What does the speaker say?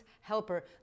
helper